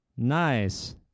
Nice